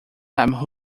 time